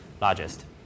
largest